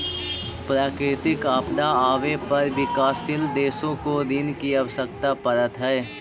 प्राकृतिक आपदा आवे पर विकासशील देशों को ऋण की आवश्यकता पड़अ हई